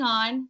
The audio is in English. on